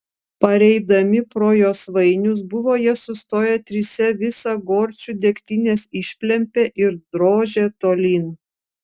pareidami pro josvainius buvo jie sustoję trise visą gorčių degtinės išplempė ir drožė tolyn